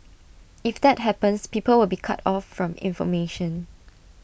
if that happens people will be cut off from information